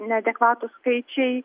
neadekvatūs skaičiai